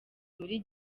muri